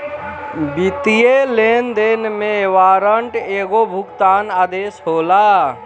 वित्तीय लेनदेन में वारंट एगो भुगतान आदेश होला